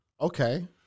Okay